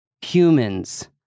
humans